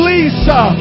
Lisa